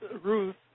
Ruth